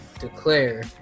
declare